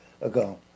ago